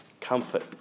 Comfort